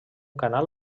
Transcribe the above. canal